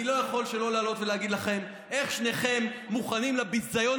אני לא יכול שלא לעלות ולשאול אתכם איך שניכם מוכנים לביזיון